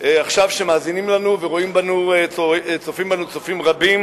עכשיו שמאזינים לנו וצופים בנו צופים רבים